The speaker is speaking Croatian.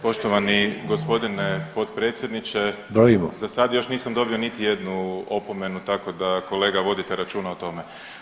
Poštovani gospodine potpredsjedniče [[Upadica: Brojimo.]] za sada još nisam dobio niti jednu opomenu, tako da kolega vodite računa o tome.